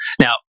Now